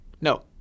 No